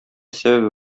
сәбәбе